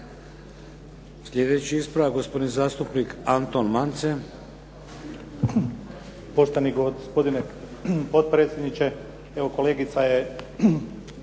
Sljedeći ispravak, gospodin zastupnik Anton Mance.